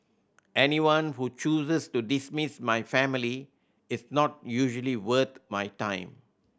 anyone who chooses to dismiss my family is not usually worth my time